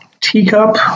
teacup